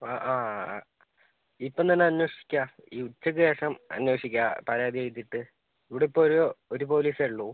ആ ആ ആ ഇപ്പം തന്നെ അന്വേഷിക്കാം ഈ ഉച്ചയ്ക്ക് ശേഷം അന്വേഷിക്കാം പരാതി എഴുതിയിട്ട് ഇവിടെ ഇപ്പോഴൊരു ഒരു പോലീസെ ഉള്ളൂ